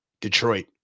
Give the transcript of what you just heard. Detroit